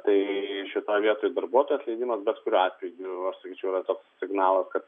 tai šitoj vietoj darbuotojų atleidimas bet kuriuo atveju sakyčiau yra toks signalas kad